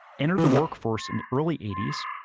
entered the workforce in the early eighty s,